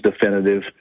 definitive